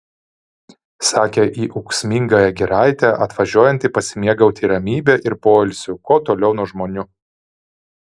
sakė į ūksmingąją giraitę atvažiuojanti pasimėgauti ramybe ir poilsiu kuo toliau nuo žmonių